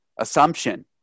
assumption